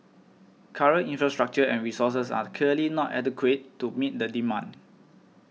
current infrastructure and resources are clearly not adequate to meet the demand